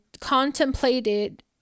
contemplated